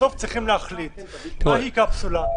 בסוף צריכים להחליט מהי קפסולה.